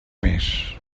més